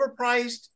overpriced